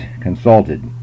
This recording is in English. consulted